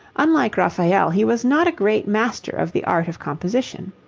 unlike raphael, he was not a great master of the art of composition.